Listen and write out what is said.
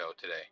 today